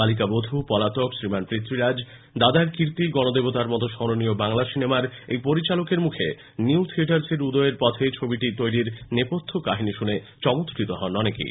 বালিকাবধূ পলাতক শ্রীমান পৃথীরাজ দাদার কীর্তি গণদেবতার মতো স্মরণীয় বাংলা সিনেমার এই পরিচালকের মুখে নিউ থিয়েটার্সের উদয়ের পথে ছবিটি তৈরির নেপথ্য কাহিনী শুনে চমৎকৃত হন অনেকেই